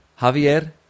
Javier